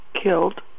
killed